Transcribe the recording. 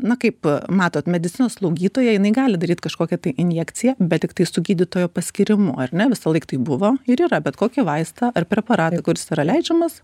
na kaip matot medicinos slaugytoja jinai gali daryt kažkokią injekciją bet tiktai su gydytojo paskyrimu ar ne visąlaik taip buvo ir yra bet kokį vaistą ar preparatą kuris yra leidžiamas